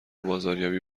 بازاریابی